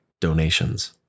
donations